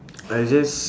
I just